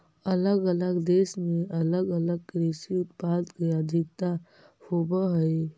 अलग अलग देश में अलग अलग कृषि उत्पाद के अधिकता होवऽ हई